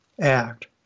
act